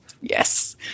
Yes